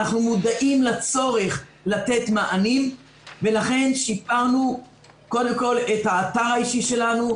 אנחנו מודעים לצורך לתת מענים ולכן שיפרנו קודם כול את האתר האישי שלנו,